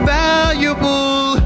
valuable